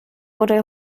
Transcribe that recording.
wurde